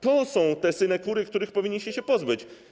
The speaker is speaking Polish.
To są te synekury, których powinniście się pozbyć.